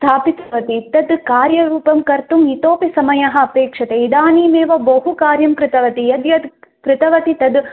स्थापितवती तद् कार्यरूपं कर्तुम् इतोपि समयः अपेक्षते इदानीमेव बहु कार्यं कृतवती यद्यद् कृतवती तद्